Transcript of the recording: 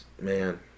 Man